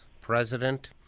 president